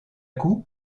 coup